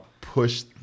push